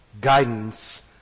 guidance